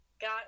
got